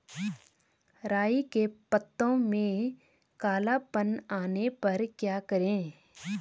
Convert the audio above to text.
राई के पत्तों में काला पन आने पर क्या करें?